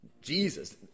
Jesus